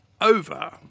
over